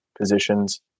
positions